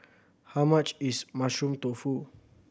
how much is Mushroom Tofu